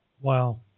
wow